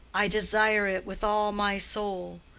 i desire it with all my soul.